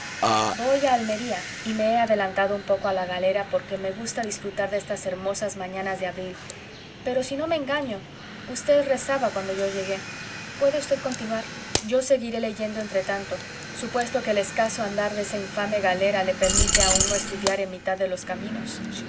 voy a almería y me he adelantado un poco a la galera porque me gusta disfrutar de estas hermosas mañanas de abril pero si no me engaño usted rezaba cuando yo llegue puede v continuar yo seguiré leyendo entretanto supuesto que el escaso andar de esa infame galera le permite a uno estudiar en mitad de los caminos